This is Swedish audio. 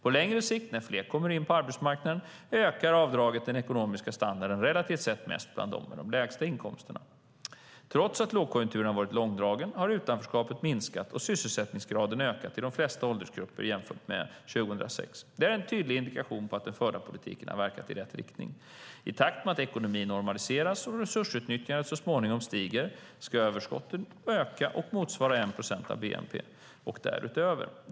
På längre sikt, när fler kommer in på arbetsmarknaden, ökar avdraget den ekonomiska standarden relativt sett mest bland dem med de lägsta inkomsterna. Trots att lågkonjunkturen har varit långdragen har utanförskapet minskat och sysselsättningsgraden ökat i de flesta åldersgrupper jämfört med 2006. Det är en tydlig indikation på att den förda politiken har verkat i rätt riktning. I takt med att ekonomin normaliseras och resursutnyttjandet så småningom stiger ska överskotten öka och motsvara 1 procent av bnp och därutöver.